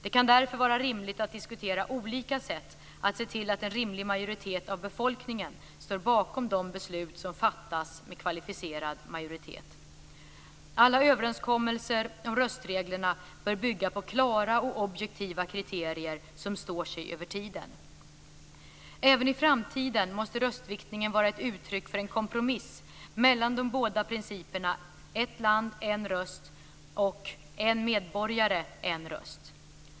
Det kan därför vara rimligt att diskutera olika sätt att se till att en rimlig majoritet av befolkningen står bakom de beslut som fattas med kvalificerad majoritet. Alla överenskommelser om röstreglerna bör bygga på klara och objektiva kriterier som står sig över tiden. Även i framtiden måste röstviktningen vara ett uttryck för en kompromiss mellan de båda principerna "ett land, en röst" och "en medborgare, en röst".